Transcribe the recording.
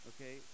okay